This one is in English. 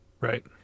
Right